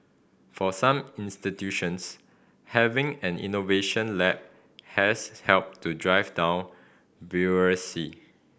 for some institutions having an innovation lab has helped to drive down